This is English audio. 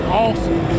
awesome